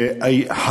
רק זכויות.